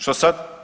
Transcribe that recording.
Što sad?